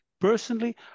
Personally